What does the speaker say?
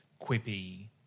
quippy